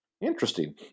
interesting